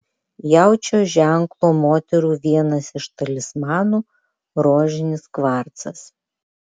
jaučio ženklo moterų vienas iš talismanų rožinis kvarcas